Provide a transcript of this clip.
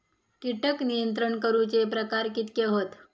कीटक नियंत्रण करूचे प्रकार कितके हत?